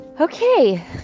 Okay